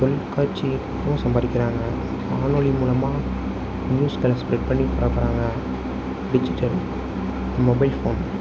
தொலைக்காட்சியிலும் சம்பாதிக்கிறாங்க வானொலி மூலமாக நியூஸை ஸ்பெரட் பண்ணி பரப்புகிறாங்க டிஜிட்டல் மொபைல் ஃபோன்